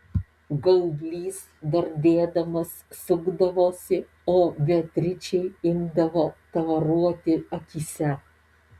gaublys dardėdamas sukdavosi o beatričei imdavo tavaruoti akyse